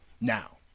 Now